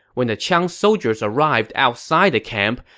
when the qiang soldiers arrived outside the camp,